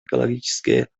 экологическая